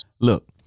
look